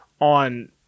on